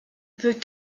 peut